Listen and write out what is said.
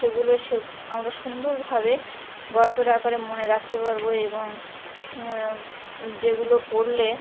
সেগুলো সে আমরা সুন্দরভাবে গল্পের আকারে মনে রাখতে পারবো এবং যেগুলো পড়লে